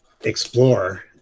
explore